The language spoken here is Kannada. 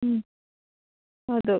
ಹ್ಞೂ ಹೌದು